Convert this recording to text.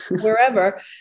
wherever